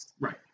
Right